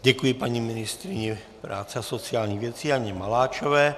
Děkuji paní ministryni práce a sociálních věcí Janě Maláčové.